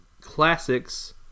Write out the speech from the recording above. classics